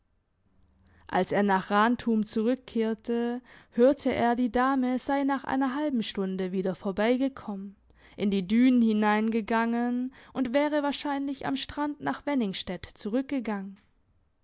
als er nach rantum zurückkehrte hörte er die dame sei nach einer halben stunde wieder vorbei gekommen in die dünen hineingegangen und wäre wahrscheinlich am strand nach wenningstedt zurückgegangen